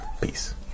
Peace